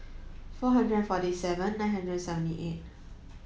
four hundred and forty seven nine hundred and seventy eight